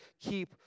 keep